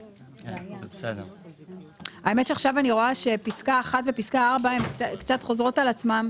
האמת שעכשיו אני רואה שפסקה (1) ופסקה (4) הן קצת חוזרות על עצמן.